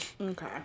Okay